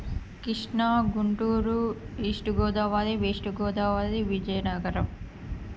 Krishna Guntur east Godavari west Godavari Vizianagaram